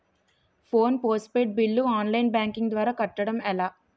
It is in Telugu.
Phone postpaid bill online banking ద్వారా కట్టడం ఎలా?